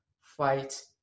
Fight